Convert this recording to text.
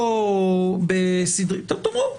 תאמרו: